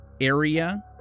area